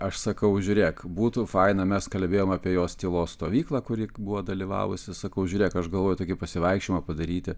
aš sakau žiūrėk būtų faina mes kalbėjom apie jos tylos stovyklą kur ji buvo dalyvavusi sakau žiūrėk aš galvoju tokį pasivaikščiojimą padaryti